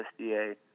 USDA